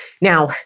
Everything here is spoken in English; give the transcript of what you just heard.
Now